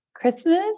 Christmas